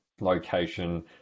location